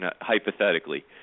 hypothetically